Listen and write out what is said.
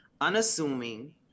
unassuming